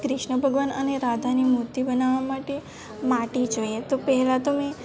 ક્રિષ્ન ભગવાન અને રાધાની મૂર્તિ બનાવવા માટે માટી જોઈએ તો પહેલાં તો મેં